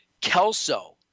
Kelso